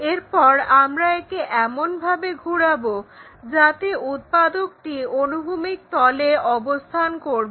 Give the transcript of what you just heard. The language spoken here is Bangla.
এরপর আমরা একে এমন ভাবে ঘুরাবো যাতে উৎপাদকটি অনুভূমিক তলে অবস্থান করবে